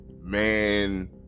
man